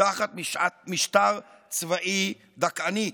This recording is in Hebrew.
תחת משטר צבאי דכאני.